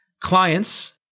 clients